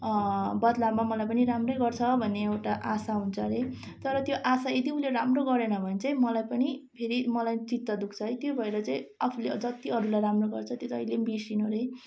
बद्लामा मलाई पनि राम्रै गर्छ भन्ने एउटा आशा हुन्छ अरे तर त्यो आशा यदि उसले राम्रो गरेन भने चाहिँ मलाई पनि फेरि मलाई चित्त दुख्छ है त्यो भएर चाहिँ आफूले जत्ति अरूलाई राम्रो गर्छ त्यो जहिले पनि बिर्सिनु अरे